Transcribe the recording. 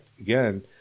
again